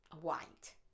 White